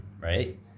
right